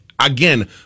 again